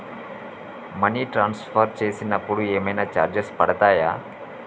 Money transfer చేసినప్పుడు ఏమైనా charges పడతయా?